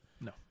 No